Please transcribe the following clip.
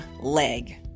leg